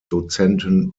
dozenten